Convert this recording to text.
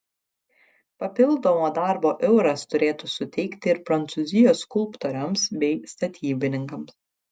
papildomo darbo euras turėtų suteikti ir prancūzijos skulptoriams bei statybininkams